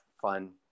fun